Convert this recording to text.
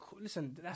Listen